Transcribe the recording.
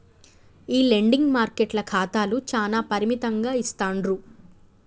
ఈ లెండింగ్ మార్కెట్ల ఖాతాలు చానా పరిమితంగా ఇస్తాండ్రు